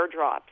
airdrops